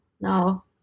No